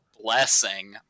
blessing